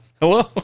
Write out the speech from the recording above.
Hello